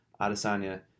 Adesanya